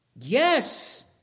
Yes